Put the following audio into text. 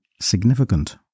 significant